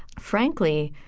frankly,